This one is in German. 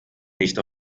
nicht